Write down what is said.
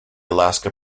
alaska